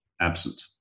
absent